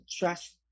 trust